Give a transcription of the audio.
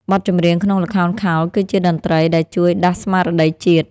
បទចម្រៀងក្នុងល្ខោនខោលគឺជាតន្ត្រី ដែលជួយដាស់ស្មារតីជាតិ។